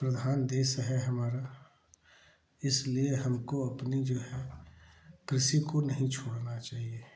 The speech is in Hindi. प्रधान देश है हमारा इसलिए हमको अपनी जो है कृषि को नहीं छोड़ना चाहिए